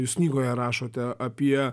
jūs knygoje rašote apie